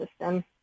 system